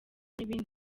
n’ibindi